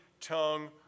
tongue